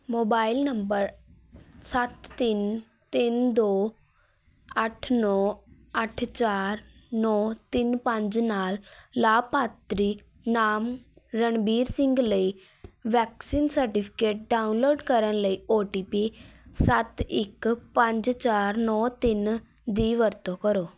mobile number ਸੱਤ ਤਿੰਨ ਤਿੰਨ ਦੋ ਅੱਠ ਨੌਂ ਅੱਠ ਚਾਰ ਨੌਂ ਤਿੰਨ ਪੰਜ ਨਾਲ ਲਾਭਪਾਤਰੀ ਨਾਮ ਰਣਬੀਰ ਸਿੰਘ ਲਈ ਵੈਕਸੀਨ ਸਰਟੀਫਿਕੇਟ ਡਾਊਨਲੋਡ ਕਰਨ ਲਈ ਓ ਟੀ ਪੀ ਸੱਤ ਇੱਕ ਪੰਜ ਚਾਰ ਨੌਂ ਤਿੰਨ ਦੀ ਵਰਤੋਂ ਕਰੋ